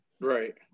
Right